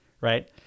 Right